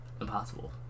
Impossible